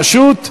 פשוט אי-אפשר.